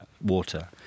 water